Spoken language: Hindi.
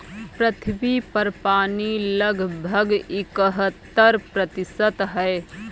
पृथ्वी पर पानी लगभग इकहत्तर प्रतिशत है